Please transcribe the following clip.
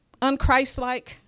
unchristlike